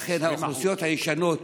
ולכן האוכלוסיות הישנות,